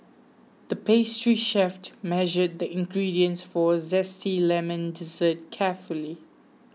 the pastry chef measured the ingredients for a zesty lemon dessert carefully